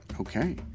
okay